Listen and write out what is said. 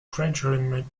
gradually